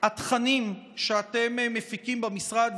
התכנים שאתם מפיקים במשרד,